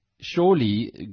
Surely